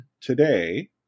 today